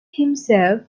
himself